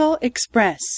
Express